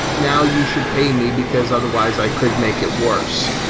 now, you should pay me because otherwise, i could make it worse.